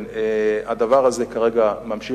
הנמקה מהמקום.